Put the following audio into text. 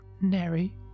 Neri